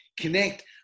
connect